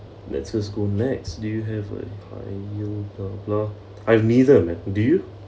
let's just go next do you have a bla bla bla I have neither man do you